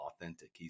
authentic